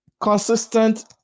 consistent